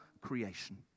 creation